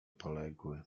poległy